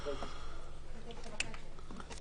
בוקר טוב, אני מתכבד לפתוח את הישיבה.